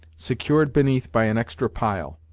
secured beneath by an extra pile.